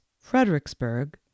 Fredericksburg